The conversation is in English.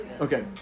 Okay